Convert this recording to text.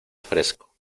fresco